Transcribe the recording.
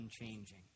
unchanging